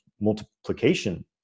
multiplication